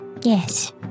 Yes